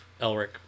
Elric